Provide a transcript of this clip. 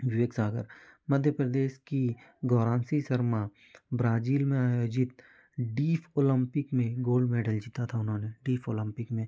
विवेक सागर मध्य प्रदेश की गौरांशी शर्मा ब्राजील में आयोजित डीफ़ ओलम्पिक में गोल्ड मेडल भेजा था उन्होंने डीफ़ ओलम्पिक में